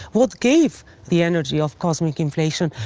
what gave the energy of cosmic inflation?